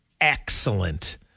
Excellent